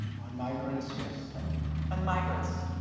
on migrants, yes. and on migrants.